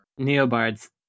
Neobards